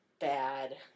bad